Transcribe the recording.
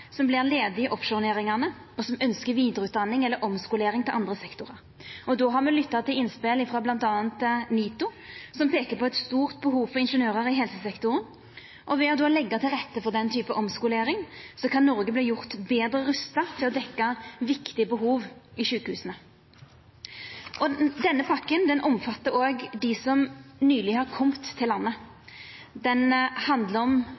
som vert ledige i offshorenæringane, og som ønskjer vidareutdanning eller omskolering til andre sektorar. Då har me lytta til innspel frå bl.a. NITO, som peiker på eit stort behov for ingeniørar i helsesektoren. Ved å leggja til rette for den typen omskolering kan Noreg verta betre rusta til å dekkja viktige behov i sjukehusa. Denne pakken omfattar òg dei som nyleg har kome til landet. Han handlar om